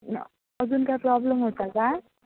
न अजून काय प्रॉब्लेम होता का